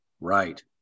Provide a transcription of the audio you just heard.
Right